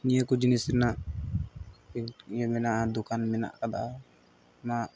ᱱᱤᱭᱟᱹ ᱠᱚ ᱡᱤᱱᱤᱥ ᱨᱮᱱᱟᱜ ᱤᱭᱟᱹ ᱢᱮᱱᱟᱜᱼᱟ ᱫᱳᱠᱟᱱ ᱢᱮᱱᱟᱜ ᱠᱟᱫᱟ ᱱᱚᱣᱟ